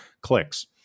clicks